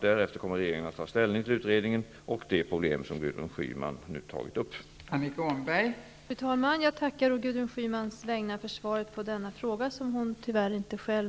Därefter kommer regeringen att ta ställning till utredningen och de problem som Gudrun Schyman nu har tagit upp. Då Gudrun Schyman, som framställt frågan, anmält att hon var förhindrad att närvara vid sammanträdet, medgav talmannen att Annika